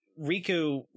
Riku